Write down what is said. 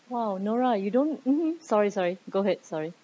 well nora you don't mmhmm sorry sorry go ahead sorry